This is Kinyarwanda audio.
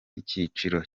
icyiciro